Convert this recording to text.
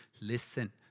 listen